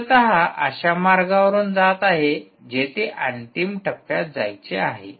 मूलत अशा मार्गावरून जात आहे जेथे अंतिम टप्प्यात जायचे आहे